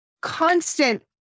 constant